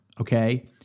okay